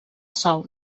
sou